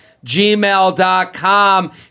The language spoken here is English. Gmail.com